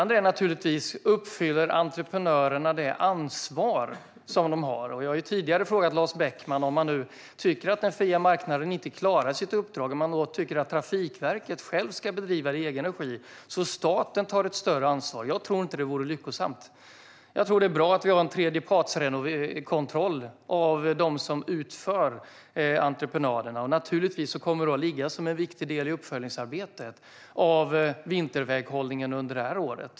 Den andra gäller om entreprenörerna lever upp till det ansvar som de har. Jag har tidigare frågat Lars Beckman, som tycker att den fria marknaden inte klarar sitt uppdrag, om han tycker att Trafikverket självt ska bedriva detta i egen regi och att staten på så sätt ska ta ett större ansvar. Jag tror inte att det vore lyckosamt. Jag tror att det är bra att vi har en tredjepartskontroll av dem som utför entreprenaderna. Naturligtvis kommer detta att ligga som en viktig del i uppföljningsarbetet av vinterväghållningen under det här året.